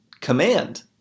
command